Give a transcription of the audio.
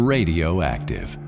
Radioactive